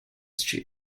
she